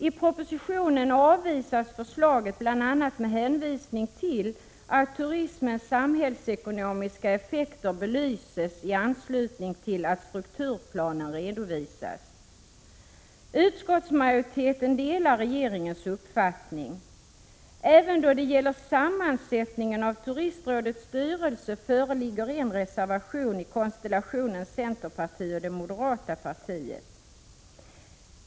I propositionen avvisas förslaget, bl.a. med hänvisning till att turismens samhällsekonomiska effekter belyses i anslutning till att strukturplanen redovisas. Utskottsmajoriteten delar regeringens uppfattning. Även då det gäller sammansättningen av Turistrådets styrelse föreligger en reservation i konstellationen centerpartiet och det moderata partiet.